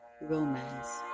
romance